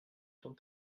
temps